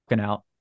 out